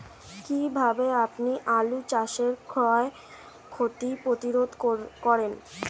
কীভাবে আপনি আলু চাষের ক্ষয় ক্ষতি প্রতিরোধ করেন?